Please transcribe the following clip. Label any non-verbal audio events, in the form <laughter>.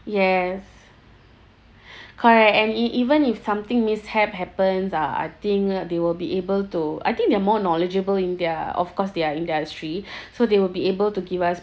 yes correct and e ~ even if something mishap happens ah I think they will be able to I think they're more knowledgeable in their of course their industry <breath> so they will be able to give us